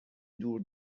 دور